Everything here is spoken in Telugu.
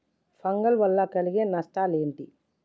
ఫంగల్ వల్ల కలిగే నష్టలేంటి?